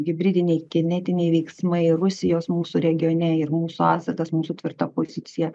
hibridiniai kinetiniai veiksmai rusijos mūsų regione ir mūsų atsakas mūsų tvirta pozicija